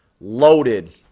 loaded